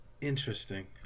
Interesting